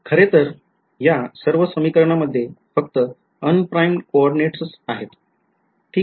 खरेतर या सर्व समीकरणा मध्ये फक्त unprimed कोऑर्डिनेट्सच आहेत ठीक आहे